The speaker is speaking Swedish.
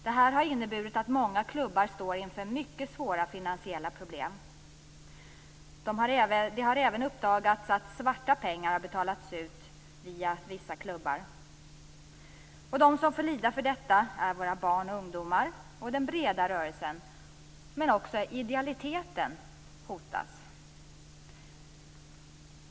Det här har inneburit att många klubbar står inför mycket svåra finansiella problem. Det har även uppdagats att svarta pengar har betalats ut via vissa klubbar. De som får lida för detta är våra barn och ungdomar och den breda rörelsen. Men också idealiteten hotas.